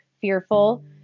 fearful